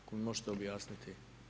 Ako mi možete objasniti.